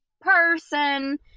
person